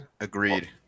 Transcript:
Agreed